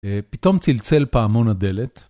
פתאום צלצל פעמון הדלת.